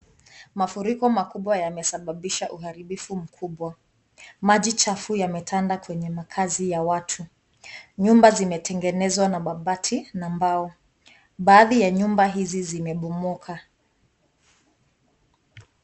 Mafuriko makubwa yamesababisha uharibifu mkubwa, maji chafu yametanda kwenye makazinya watu. Nyumba zimetengenezwa na mabati na mbao baadhi za nyumba hizi zimebomoka.